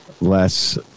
less